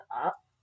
up